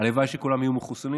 הלוואי שכולם יהיו מחוסנים.